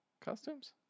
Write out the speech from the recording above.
costumes